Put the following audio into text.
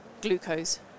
glucose